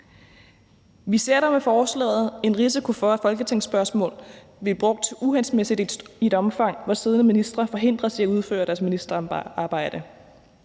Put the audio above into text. Vi ser dog med forslaget en risiko for, at folketingsspørgsmål vil blive brugt uhensigtsmæssigt i et omfang, hvor siddende ministre forhindres i at udføre deres ministerarbejde.